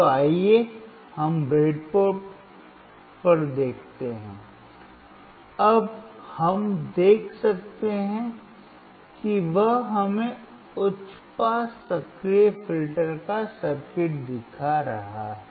तो आइए हम ब्रेडबोर्ड पर देखते हैं अब हम देख सकते हैं कि वह हमें उच्च पास सक्रिय फिल्टर का सर्किट दिखा रहा है